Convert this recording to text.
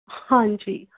ਹਾਂਜੀ